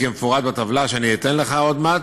כמפורט בטבלה שאתן לך עוד מעט.